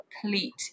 complete